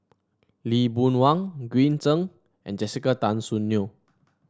Lee Boon Wang Green Zeng and Jessica Tan Soon Neo